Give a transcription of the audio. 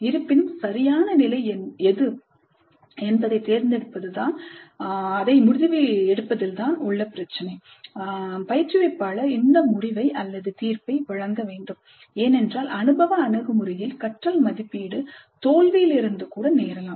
இருப்பினும் சரியான நிலை எது என்பதைத் தேர்ந்தெடுப்பது தான் முடிவு எடுப்பதில் உள்ள பிரச்சினை பயிற்றுவிப்பாளர் இந்த முடிவை அல்லது தீர்ப்பை வழங்க வேண்டும் ஏனென்றால் அனுபவ அணுகுமுறையில் கற்றல் மதிப்பீடு தோல்வியிலிருந்து கூட நேரலாம்